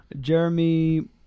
Jeremy